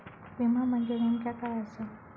विमा म्हणजे नेमक्या काय आसा?